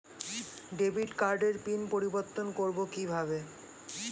Debit কার্ডের PIN পরিবর্তন করবো কীভাবে?